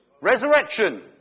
Resurrection